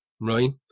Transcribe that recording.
right